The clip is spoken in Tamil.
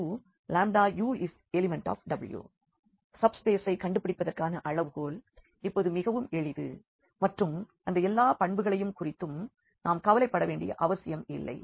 uv∈W u∈W சப்ஸ்பேசை கண்டுபிடிப்பதற்கான அளவுகோல் இப்பொழுது மிகவும் எளிது மற்றும் அந்த எல்லா பண்புகளைக் குறித்தும் நாம் கவலைப்படவேண்டிய அவசியம் இல்லை